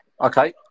Okay